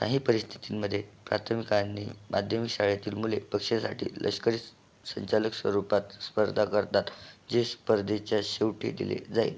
काही परिस्थितींमध्ये प्राथमिक आणि माध्यमिक शाळेतील मुले बक्षिसासाठी लष्करी संचलन स्वरूपात स्पर्धा करतात जे स्पर्धेच्या शेवटी दिले जाईल